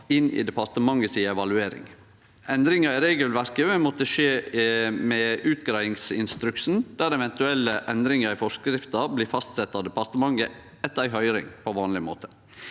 inn i departementet si evaluering. Endringar i regelverket vil måtte skje i tråd med utgreiingsinstruksen, der eventuelle endringar i forskrifta blir fastsette av departementet etter ei høyring, på vanleg måte.